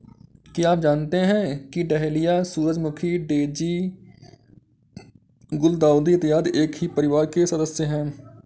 क्या आप जानते हैं कि डहेलिया, सूरजमुखी, डेजी, गुलदाउदी इत्यादि एक ही परिवार के सदस्य हैं